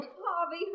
Harvey